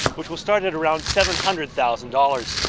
which will start at around seven hundred thousand dollars.